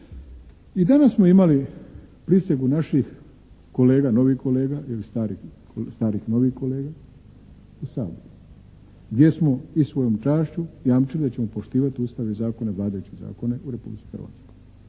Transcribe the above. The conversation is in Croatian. I danas smo imali prisegu naših kolega, novih kolega ili starih, starih novih kolega gdje smo i svojom čašću jamčili da ćemo poštivati Ustav i zakone, vladajuće zakone u Republici Hrvatskoj.